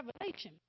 Revelation